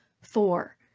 Four